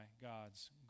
God's